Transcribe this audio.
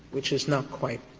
which is not quite